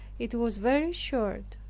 it was very short.